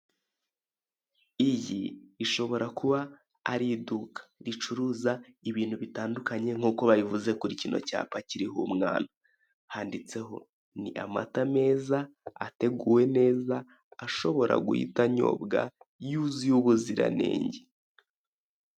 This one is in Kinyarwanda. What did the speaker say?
Iyi ishobora kuba ari iduka ricuruza ibintu bitandukanye nk'uko babivuze kuri kino cyapa kiriho umwana. Handitseho " Ni amata meza, ateguwe neza, ashobora guhita anyobwa, yuzuye ubuziranenge".